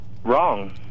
wrong